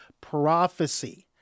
prophecy